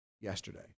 yesterday